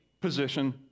position